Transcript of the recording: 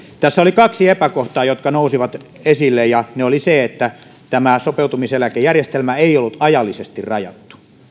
tässä oli kaksi epäkohtaa jotka nousivat esille yksi oli se että tämä sopeutumiseläkejärjestelmä ei ollut ajallisesti rajattu